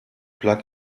plug